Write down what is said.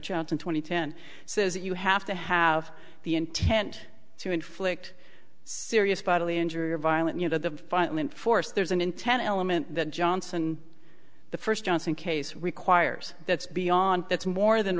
fifteen twenty ten says that you have to have the intent to inflict serious bodily injury or violent you know the violent force there's an intent element that johnson the first johnson case requires that's beyond that's more than